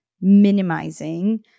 minimizing